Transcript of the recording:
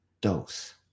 dose